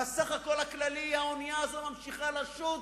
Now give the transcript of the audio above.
ובסך הכול הכללי האונייה הזאת ממשיכה לשוט.